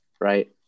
Right